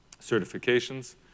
certifications